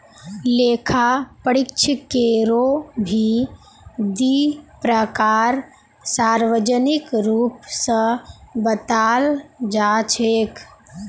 लेखा परीक्षकेरो भी दी प्रकार सार्वजनिक रूप स बताल जा छेक